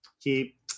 keep